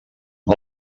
amb